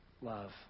love